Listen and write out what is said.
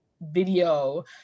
video